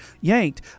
yanked